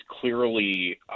clearly